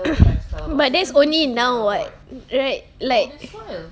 but there's only now [what] right like